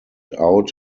out